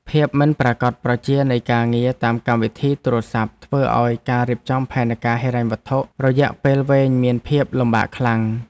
ភាពមិនប្រាកដប្រជានៃការងារតាមកម្មវិធីទូរស័ព្ទធ្វើឱ្យការរៀបចំផែនការហិរញ្ញវត្ថុរយៈពេលវែងមានការលំបាកខ្លាំង។